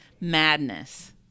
madness